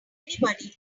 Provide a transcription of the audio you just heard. anybody